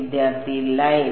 വിദ്യാർത്ഥി ലൈൻ